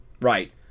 Right